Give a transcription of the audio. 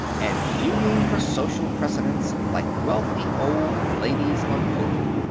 and feuding for social precedence like wealthy old ladies on odin.